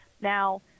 now